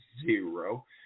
zero